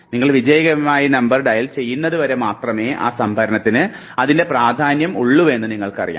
നിങ്ങൾ വിജയകരമായി number dial ചെയ്യുന്നതുവരെ മാത്രമേ ഈ സംഭരണത്തിന് അതിൻറെ പ്രാധാന്യം ഉള്ളൂവെന്ന് നിങ്ങൾക്കറിയാം